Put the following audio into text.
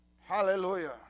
Hallelujah